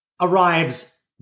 arrives